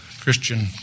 Christian